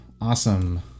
awesome